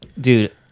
dude